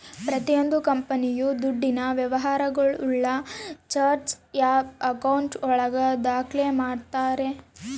ಪ್ರತಿಯೊಂದು ಕಂಪನಿಯು ದುಡ್ಡಿನ ವ್ಯವಹಾರಗುಳ್ನ ಚಾರ್ಟ್ ಆಫ್ ಆಕೌಂಟ್ ಒಳಗ ದಾಖ್ಲೆ ಮಾಡ್ತಾರೆ